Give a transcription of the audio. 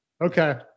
Okay